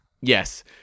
Yes